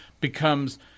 becomes